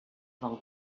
del